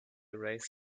erased